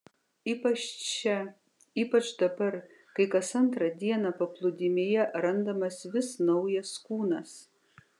ypač čia ypač dabar kai kas antrą dieną paplūdimyje randamas vis naujas kūnas